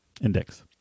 index